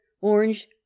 orange